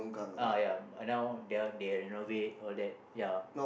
uh ya now their they renovate all that ya